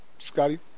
Scotty